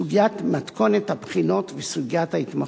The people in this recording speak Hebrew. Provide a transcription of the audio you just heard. סוגיית מתכונת הבחינות וסוגיית ההתמחות.